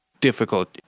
difficult